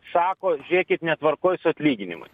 sako žiūrėkit netvarkoj su atlyginimais